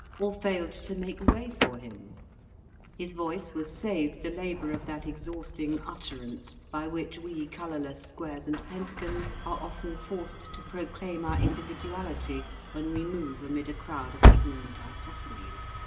or failed to make way for him his voice was saved the labour of that exhausting utterance by which we colourless squares and pentagons are often forced to proclaim our individuality when we move amid a crowd of ignorant isosceles.